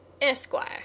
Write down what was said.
Esquire